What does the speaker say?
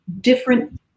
different